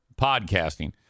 podcasting